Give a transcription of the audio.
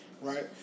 Right